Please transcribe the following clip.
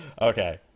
Okay